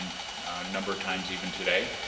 and a number of times even today,